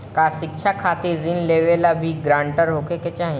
का शिक्षा खातिर ऋण लेवेला भी ग्रानटर होखे के चाही?